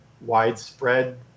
widespread